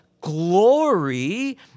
glory